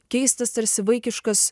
keistas tarsi vaikiškas